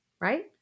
right